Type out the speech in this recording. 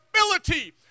ability